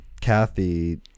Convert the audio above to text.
Kathy